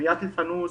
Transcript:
ספריית אלפאנוס,